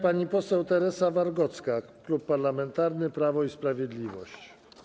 Pani poseł Teresa Wargocka, Klub Parlamentarny Prawo i Sprawiedliwość.